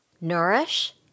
Nourish